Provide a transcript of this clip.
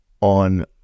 on